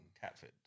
Catford